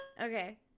Okay